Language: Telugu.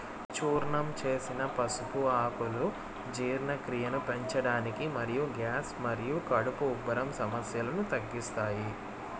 చూర్ణం చేసిన పసుపు ఆకులు జీర్ణక్రియను పెంచడానికి మరియు గ్యాస్ మరియు కడుపు ఉబ్బరం సమస్యలను తగ్గిస్తాయి